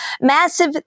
Massive